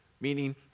Meaning